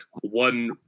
one